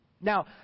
Now